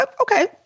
okay